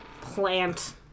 plant